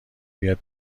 بیاد